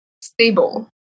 stable